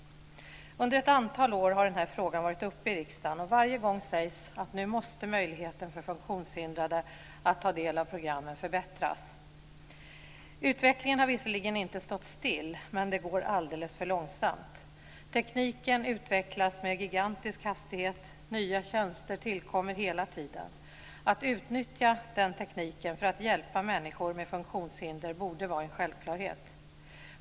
Under ett antal år har den här frågan varit uppe i riksdagen, och varje gång sägs att möjligheten för funktionshindrade att ta del av programmen nu måste förbättras. Utvecklingen har visserligen inte stått still, men det går alldeles för långsamt. Tekniken utvecklas med gigantiskt hastighet, och nya tjänster tillkommer hela tiden. Att utnyttja den tekniken för att hjälpa människor med funktionshinder borde vara en självklarhet.